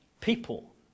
people